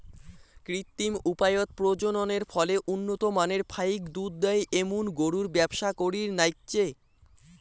কৃত্রিম উপায়ত প্রজননের ফলে উন্নত মানের ফাইক দুধ দেয় এ্যামুন গরুর ব্যবসা করির নাইগচে